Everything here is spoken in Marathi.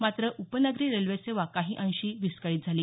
मात्र उपनगरी रेल्वेसेवा काही अंशी विस्कळीत झाली